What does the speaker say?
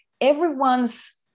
everyone's